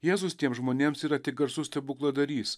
jėzus tiems žmonėms yra tik garsus stebukladarys